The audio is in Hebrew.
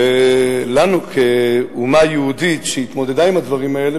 ולנו כאומה יהודית שהתמודדה עם הדברים האלה,